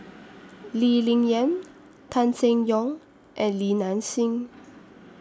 Lee Ling Yen Tan Seng Yong and Li Nanxing